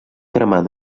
cremar